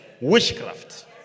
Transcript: witchcraft